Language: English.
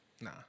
Nah